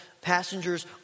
passengers